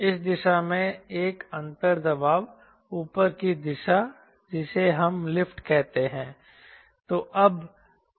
इस दिशा में एक अंतर दबाव ऊपर की दिशा जिसे हम लिफ्ट कहते हैं